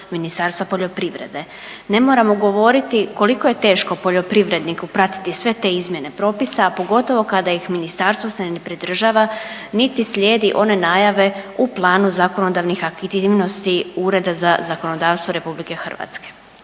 Ministarstva poljoprivrede. Ne moramo govoriti koliko je teško poljoprivredniku pratiti sve te izmjene propisa, a pogotovo kada ih ministarstvo se ne pridržava niti slijedi one najave u planu zakonodavnih aktivnosti Ureda za zakonodavstvo RH. Ilustracije